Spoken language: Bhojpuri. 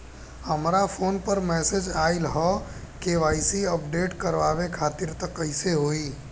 हमरा फोन पर मैसेज आइलह के.वाइ.सी अपडेट करवावे खातिर त कइसे होई?